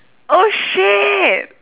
oh shit